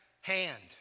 hand